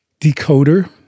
decoder